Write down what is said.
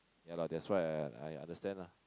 ya lah that's why I I understand lah